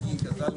ננעלה בשעה 12:14.